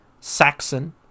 Saxon